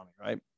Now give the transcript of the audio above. Right